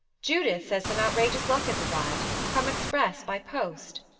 judith says some outrageous luck has arrived come express, by post.